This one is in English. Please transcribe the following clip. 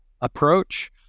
approach